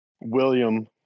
William